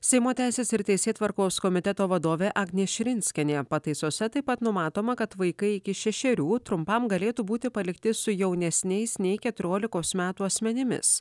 seimo teisės ir teisėtvarkos komiteto vadovė agnė širinskienė pataisose taip pat numatoma kad vaikai iki šešerių trumpam galėtų būti palikti su jaunesniais nei keturiolikos metų asmenimis